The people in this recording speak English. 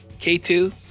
K2